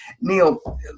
Neil